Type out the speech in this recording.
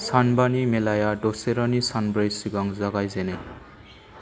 सानबानि मेलाया दसेरानि सानब्रै सिगां जागायजेनो